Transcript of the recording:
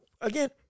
again